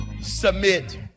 Submit